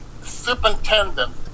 superintendent